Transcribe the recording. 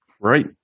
Right